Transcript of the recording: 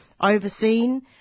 overseen